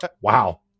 Wow